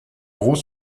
gros